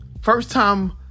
first-time